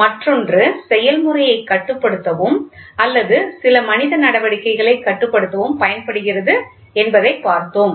மற்றொன்று செயல்முறையை கட்டுப்படுத்தவும் அல்லது சில மனித நடவடிக்கைகளை கட்டுப்படுத்தவும் பயன்படுத்தப்படுகிறது என்பதை பார்த்தோம்